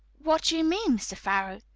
what do you mean, mr. farrow?